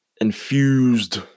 infused